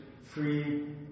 free